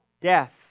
death